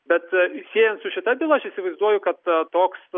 bet siejant su šita byla aš įsivaizduoju kad toks